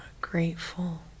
grateful